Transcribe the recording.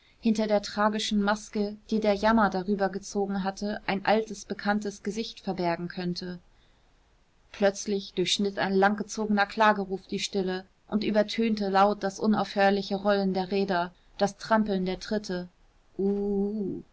hinter der tragischen maske die der jammer darüber gezogen hatte ein altes bekanntes gesicht verbergen könnte plötzlich durchschnitt ein langgezogener klageruf die stille und übertönte laut das unaufhörliche rollen der räder das trampeln der tritte